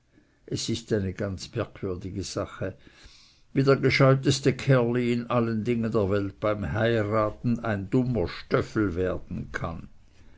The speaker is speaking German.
es ist eine ganz merkwürdige sache wie der gescheiteste kerli in allen dingen der welt beim heiraten ein dummer stöffel werden kann